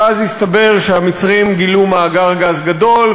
ואז הסתבר שהמצרים גילו מאגר גז גדול,